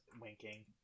winking